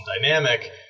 dynamic